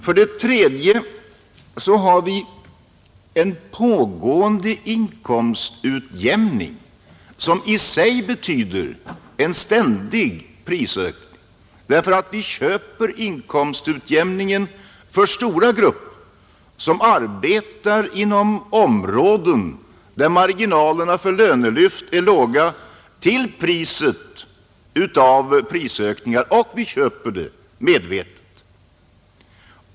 För det tredje har vi en pågående inkomstutjämning som i sig betyder en ständig prisökning, därför att vi köper inkomstutjämningen för stora grupper som arbetar inom områden där marginalerna för lönelyft är låga och betalningen blir i form av prishöjningar, men vi gör det medvetet.